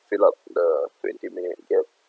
fill up the twenty minutes here